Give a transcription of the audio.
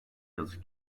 yazık